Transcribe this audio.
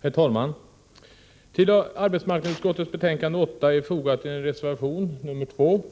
Herr talman! Till arbetsmarknadsutskottets betänkande 8 har jag fogat en reservation, reservation nr 2.